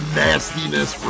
nastiness